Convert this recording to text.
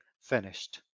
finished